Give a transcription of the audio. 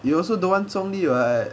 you also don't want 忠义 [what]